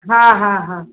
हा हा हा